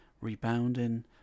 rebounding